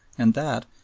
and that,